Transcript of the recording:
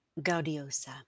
Gaudiosa